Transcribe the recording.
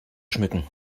schmücken